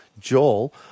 Joel